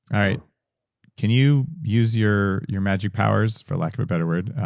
all right can you use your your magic powers, for lack of a better word,